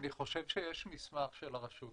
אני חושב יש מסמך של הרשות,